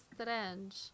strange